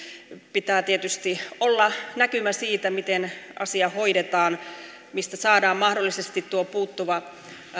pitää tietysti olla näkymä siitä miten asia hoidetaan mistä saadaan mahdollisesti tuo puuttuva